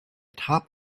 top